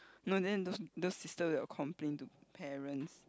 no then those those sisters will complain to parents